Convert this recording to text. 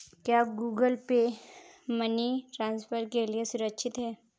क्या Google Pay money transfer के लिए सुरक्षित है?